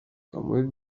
samuel